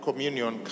communion